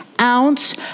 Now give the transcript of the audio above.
ounce